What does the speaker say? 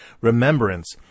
remembrance